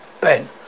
Ben